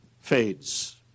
fades